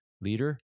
Leader